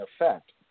effect